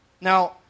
Now